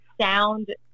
sound